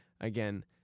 again